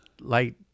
light